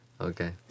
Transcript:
Okay